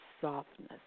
softness